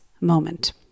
moment